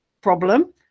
problem